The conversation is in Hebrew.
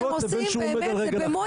חזקות לבין שהוא עומד על רגע אחד.